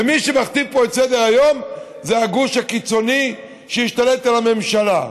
ומי שמכתיב פה את סדר-היום זה הגוש הקיצוני שהשתלט על הממשלה.